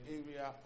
area